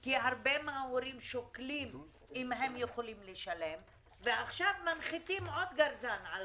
כי הרבה מההורים שוקלים אם הם יכולים לשלם ועכשיו מנחיתים עוד גרזן על